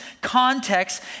context